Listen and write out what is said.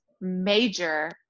major